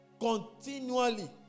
continually